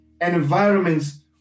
environments